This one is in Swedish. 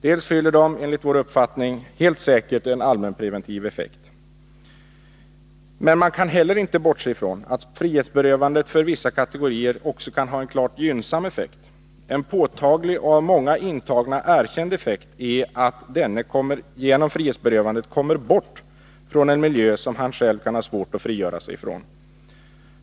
Dels har de enligt vår uppfattning helt säkert en allmänpreventiv effekt, dels kan man inte heller bortse från att frihetsberövande för vissa kategorier också kan ha en klart gynnsam effekt. En påtaglig och av många intagna erkänd effekt är att denne genom frihetsberövandet kommer bort från en miljö som han själv kan ha svårt att frigöra sig från.